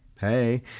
Hey